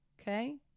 Okay